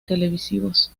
televisivos